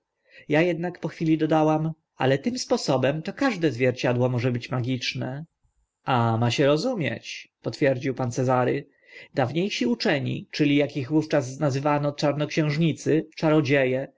ja ednak po chwili dodałam ale tym sposobem to każde zwierciadło może być magiczne a ma się rozumieć potwierdził pan cezary dawnie si uczeni czyli ak ich wówczas nazywano czarnoksiężnicy czarodzie